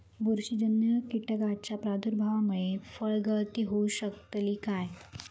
बुरशीजन्य कीटकाच्या प्रादुर्भावामूळे फळगळती होऊ शकतली काय?